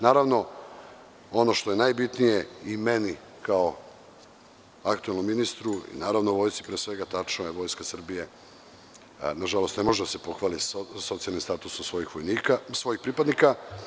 Naravno, ono što je najbitnije i meni kao aktuelnom ministru, tačno je, Vojska Srbije, nažalost, ne može da se pohvali socijalnim statusom svojih pripadnika.